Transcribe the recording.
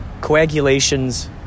coagulations